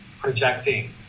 projecting